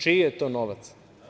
Čiji je to novac?